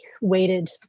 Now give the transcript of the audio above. weighted